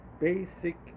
basic